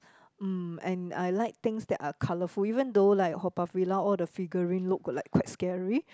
mm and I like things that are colourful even through like Haw-Par-Villa all the figurine look like quite scary